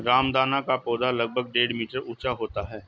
रामदाना का पौधा लगभग डेढ़ मीटर ऊंचा होता है